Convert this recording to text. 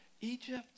egypt